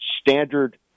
standard